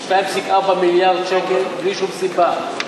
2.4 מיליארד שקל בלי שום סיבה.